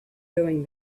doing